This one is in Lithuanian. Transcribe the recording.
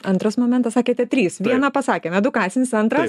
antras momentas sakėte trys vieną pasakėme edukacinis antras